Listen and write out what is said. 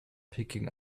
picking